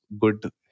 good